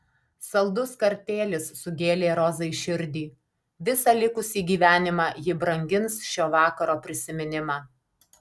saldus kartėlis sugėlė rozai širdį visą likusį gyvenimą ji brangins šio vakaro prisiminimą